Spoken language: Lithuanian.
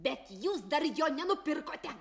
bet jūs dar jo nenupirkote